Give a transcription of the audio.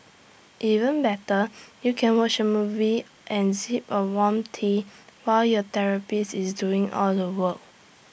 even better you can watch A movie and sip on warm tea while your therapist is doing all the work